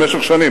במשך שנים,